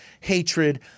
hatred